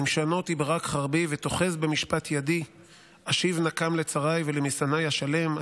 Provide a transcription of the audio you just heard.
אם שנותי ברק חרבי ותאחז במשפט ידי אשיב נקם לצרי ולמשנאי אשלם.